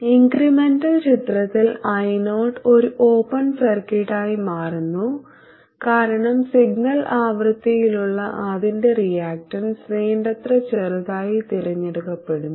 incremental ചിത്രത്തിൽ Io ഒരു open സർക്യൂട്ടായി മാറുന്നു കാരണം സിഗ്നൽ ആവൃത്തിയിലുള്ള അതിന്റെ റിയാക്റ്റൻസ് വേണ്ടത്ര ചെറുതായി തിരഞ്ഞെടുക്കപ്പെടുന്നു